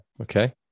Okay